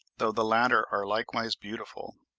though the latter are likewise beautiful.